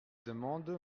demande